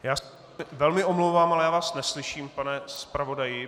Já se velmi omlouvám, ale já vás neslyším, pane zpravodaji.